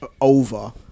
over